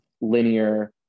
linear